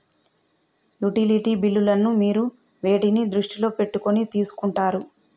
Utility బిల్లులను మీరు వేటిని దృష్టిలో పెట్టుకొని తీసుకుంటారు?